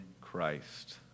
Christ